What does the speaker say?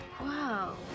Wow